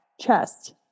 chest